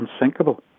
unsinkable